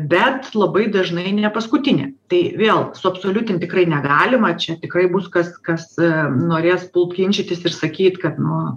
bet labai dažnai nepaskutinė tai vėl suabsoliutint tikrai negalima čia tikrai bus kas kas norės pult ginčytis ir sakyt kad nu